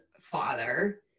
father